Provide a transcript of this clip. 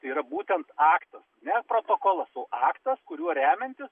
tai yra būtent aktas ne protokolas o aktas kuriuo remiantis